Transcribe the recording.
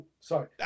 Sorry